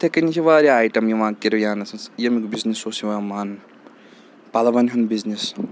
اِتھَے کٔنۍ چھِ واریاہ آیٹَم یِوان کِریانَس منٛز ییٚمیُک بِزنس اوس یِوان ماننہٕ پَلوَن ہُنٛد بِزنس